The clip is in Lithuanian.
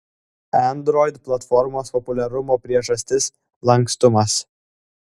android platformos populiarumo priežastis lankstumas